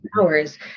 hours